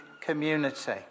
community